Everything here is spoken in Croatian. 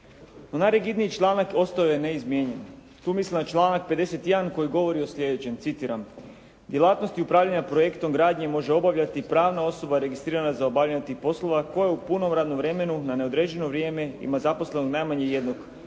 izmjenu. U … članak ostao je ne izmijenjen. Tu mislim na članak 51. koji govori o sljedećem: "Djelatnosti upravljanja projektom gradnje može obavljati pravna osoba registrirana za obavljanje tih poslova koje u punom radnom vremenu na neodređeno vrijeme ima zaposleno najmanje jednog